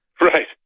Right